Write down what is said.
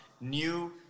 new